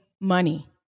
money